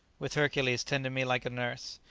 with hercules tending me like a nurse.